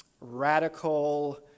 radical